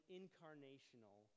incarnational